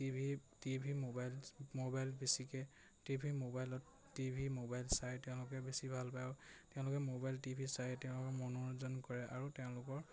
TV TV mobile mobile বেছিকে TV মোবাইলত TV mobile চাই তেওঁলোকে বেছি ভাল পায় আৰু তেওঁলোকে মোবাইল টিভি চাই তেওঁলোকে মনোৰঞ্জন কৰে আৰু তেওঁলোকৰ